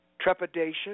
trepidation